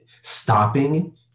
stopping